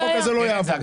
החוק הזה לא יעבור.